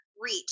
Reach